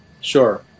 Sure